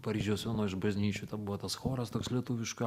paryžiaus vienoj iš bažnyčių ten buvo tas choras toks lietuvišką